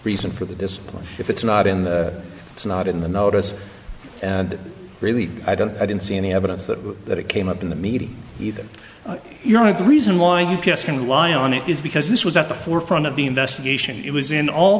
reason for the discipline if it's not in the it's not in the notice and really i don't i didn't see any evidence that that it came up in the meeting either you know the reason why you can rely on it is because this was at the forefront of the investigation it was in all